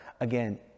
Again